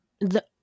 the-